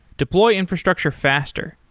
deploy infrastructure faster.